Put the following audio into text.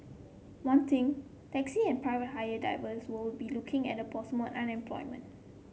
one thing taxi and private hire drivers will be looking at the unemployment